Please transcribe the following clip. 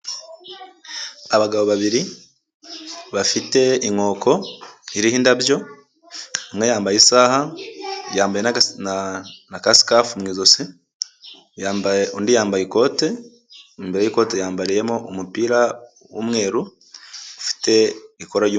Abagabo babiri bafite, inkoko iriho indabyo, umwe yambaye isaha yambaye na ka sikafu mu ijosi, yambaye undi yambaye ikote, imbere y'ikote yambariyemo umupira wumweru ufite ikora ry'u...